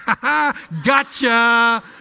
gotcha